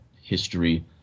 history